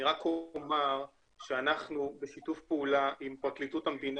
אני רק אומר שאנחנו בשיתוף פעולה עם פרקליטות המדינה